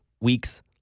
weeks